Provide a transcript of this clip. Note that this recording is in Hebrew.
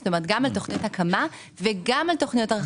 כלומר גם על תוכניות הקמה וגם על תוכניות הרחבה.